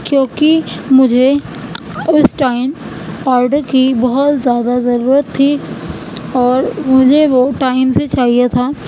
کیونکہ مجھے اس ٹائم آڈر کی بہت زیادہ ضرورت تھی اور مجھے وہ ٹائم سے چاہیے تھا